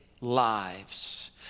lives